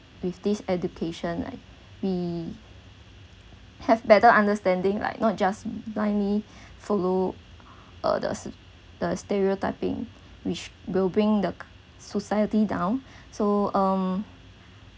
with this education like we have better understanding like not just blindly follow uh the the stereotyping which will bring the society down so um